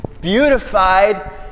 beautified